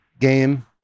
game